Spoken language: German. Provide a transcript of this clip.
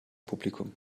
publikum